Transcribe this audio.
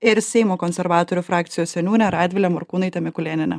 ir seimo konservatorių frakcijos seniūne radvile morkūnaite mikulėniene